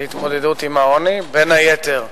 להתמודדות עם העוני, בין היתר,